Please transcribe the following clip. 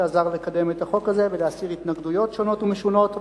שעזר לקדם את החוק הזה ולהסיר התנגדויות שונות ומשונות.